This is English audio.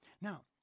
Now